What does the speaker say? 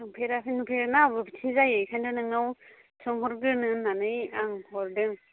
थानफेराखै नुफेरा ना अबेथिं जायो ओंखायनो नोंनाव सोंहरग्रोनो होन्नानै आं हरदों